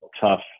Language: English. tough